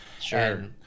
Sure